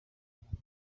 mukino